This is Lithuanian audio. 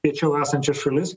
piečiau esančias šalis